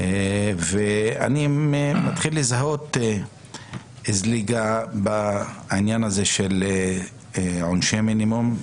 אני מתחיל לזהות זליגה בעניין הזה של עונשי מינימום.